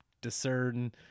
discern